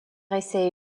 essai